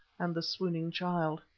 and the swooning child.